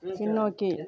பின்னோக்கி